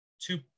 two